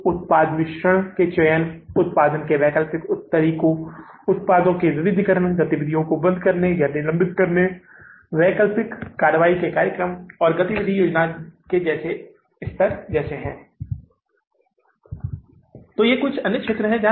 तो परिचालन के लिए उपलब्ध नकद राशि कितनी है शून्य वर्तमान माह के शुरुआती शेष से कोई नकदी उपलब्ध नहीं है कुछ भी उपलब्ध नहीं है क्योंकि हमारे पास केवल 25000 डॉलर हैं हमें इस 25000 डॉलर को न्यूनतम नकदी शेष के रूप में रखना होगा सुरक्षा स्टॉक आप ऐसा कह सकते हैं संचालन के लिए कुछ भी उपलब्ध नहीं है